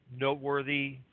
noteworthy